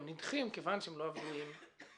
נדחים מכיוון שהם לא עבדו עם הגורמים הרשמיים.